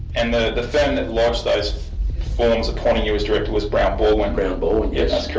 and the the firm that lodged those forms appointing you as director was brown baldwin? brown baldwin, yes.